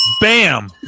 Bam